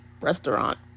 restaurant